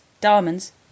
diamonds